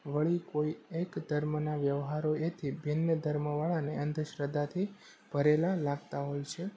વળી કોઈ એક ધર્મના વ્યવહારો એથી ભિન્ન ધર્મવાળાને અંધશ્રદ્ધાથી ભરેલાં લાગતાં હોય છે